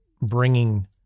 bringing